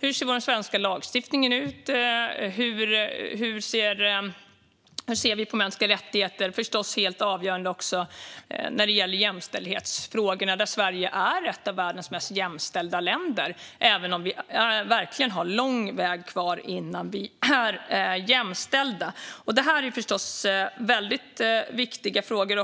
hur vår svenska lagstiftning ser ut och hur vi ser på mänskliga rättigheter, och jämställdhetsfrågorna är förstås helt avgörande. Sverige är ett av världens mest jämställda länder, även om vi verkligen har lång väg kvar innan vi är jämställda. Detta är förstås väldigt viktiga frågor.